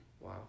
Wow